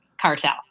cartel